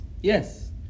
yes